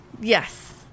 Yes